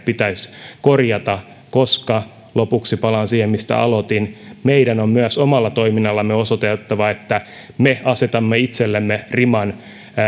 pitäisi korjata koska lopuksi palaan siihen mistä aloitin meidän on myös omalla toiminnallamme osoitettava että me asetamme itsellemme riman